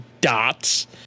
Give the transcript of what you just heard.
dots